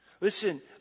Listen